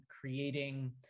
creating